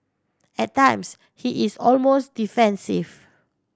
at times he is almost defensive